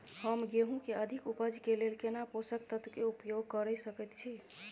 हम गेहूं के अधिक उपज के लेल केना पोषक तत्व के उपयोग करय सकेत छी?